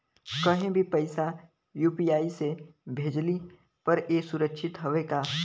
कहि भी पैसा यू.पी.आई से भेजली पर ए सुरक्षित हवे का?